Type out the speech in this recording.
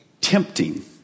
tempting